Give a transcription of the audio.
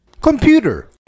Computer